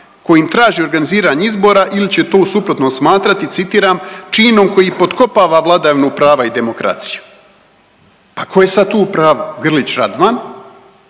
kojim traži organiziranje izbora ili će to u suprotnom smatrati, citiram, činom koji potkopava vladavinu prava i demokraciju. Pa ko je sad tu u pravu, Grlić Radman,